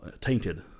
tainted